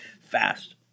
fast